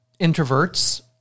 introverts